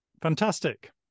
Fantastic